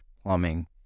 plumbing